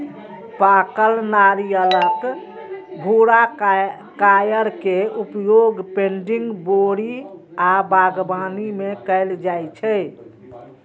पाकल नारियलक भूरा कॉयर के उपयोग पैडिंग, बोरी आ बागवानी मे कैल जाइ छै